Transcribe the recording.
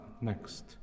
next